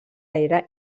era